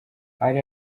hari